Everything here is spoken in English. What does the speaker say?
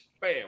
Bam